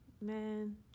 man